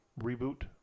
Reboot